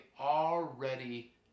already